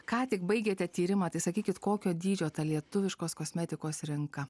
ką tik baigėte tyrimą tai sakykit kokio dydžio ta lietuviškos kosmetikos rinka